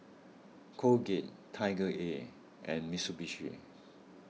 Colgate TigerAir and Mitsubishi